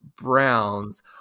browns